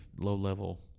low-level